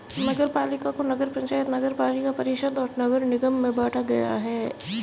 नगरपालिका को नगर पंचायत, नगरपालिका परिषद और नगर निगम में बांटा गया है